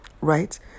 right